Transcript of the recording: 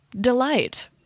delight